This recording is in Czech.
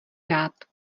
rád